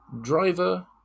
driver